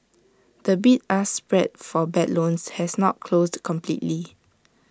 the bid ask spread for bad loans has not closed completely